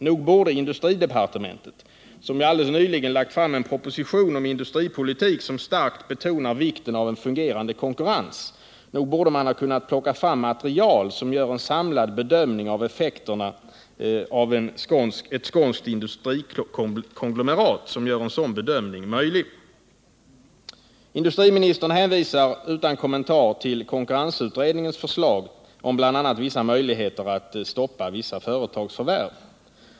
Nog borde industridepartementet, som alldeles nyligen lagt fram en proposition om industripolitik som starkt betonar vikten av en fungerande konkurrens, ha kunnat plocka fram material som gör en samlad bedömning av effekterna av ett skånskt industrikonglomerat möjlig. Industriministern hänvisar utan kommentar till konkurrensutredningens förslag om bl.a. vissa möjligheter att stoppa vissa företagsförvärv.